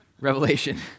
revelation